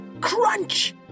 Crunch